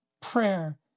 prayer